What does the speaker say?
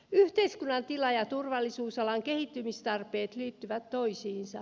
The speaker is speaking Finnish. yhteiskunnan tila ja turvallisuusalan kehittymistarpeet liittyvät toisiinsa